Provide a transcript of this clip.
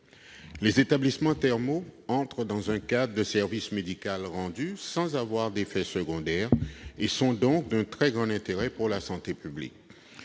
Les établissements thermaux entrent dans un cadre de service médical rendu sans avoir d'effets secondaires et sont donc d'un très grand intérêt pour la santé publique.